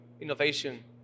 innovation